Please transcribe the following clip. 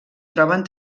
troben